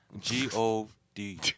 G-O-D